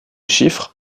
chiffres